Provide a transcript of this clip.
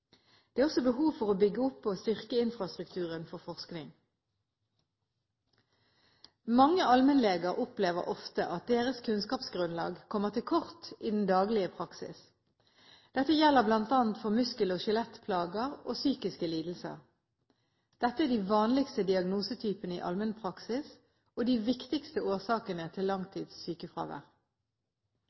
Det er også behov for å bygge opp og styrke infrastrukturen for forskning. Mange allmennleger opplever ofte at deres kunnskapsgrunnlag kommer til kort i den daglige praksis. Dette gjelder bl.a. for muskel- og skjelettplager og psykiske lidelser. Dette er de vanligste diagnosetypene i allmennpraksis, og de viktigste årsakene til